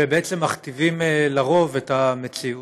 ובעצם מכתיבים לרוב את המציאות.